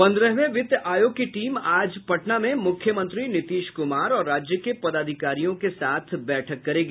पन्द्रहवें वित्त आयोग की टीम आज पटना में मुख्यमंत्री नीतीश कुमार और राज्य के पदाधिकारियों के साथ बैठक करेगी